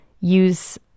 use